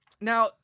Now